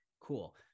cool